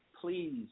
Please